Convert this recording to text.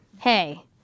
Hey